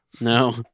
No